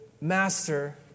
master